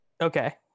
Okay